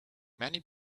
many